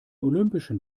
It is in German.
olympischen